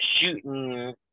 shooting